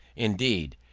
indeed,